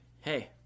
hey